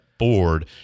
Board